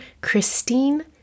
Christine